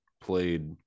played